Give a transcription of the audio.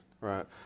right